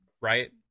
right